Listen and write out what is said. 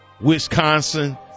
Wisconsin